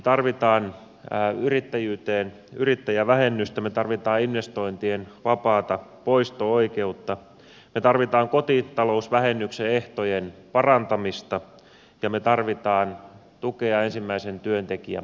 me tarvitsemme yrittäjyyteen yrittäjävähennystä me tarvitsemme investointien vapaata poisto oikeutta me tarvitsemme kotitalousvähennyksen ehtojen parantamista ja me tarvitsemme tukea ensimmäisen työntekijän palkkaamiseen